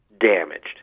damaged